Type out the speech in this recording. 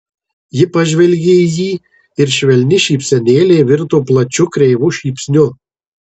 ji pažvelgė į jį ir švelni šypsenėlė virto plačiu kreivu šypsniu